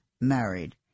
married